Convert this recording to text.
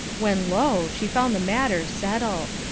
when lo! she found the matter settled.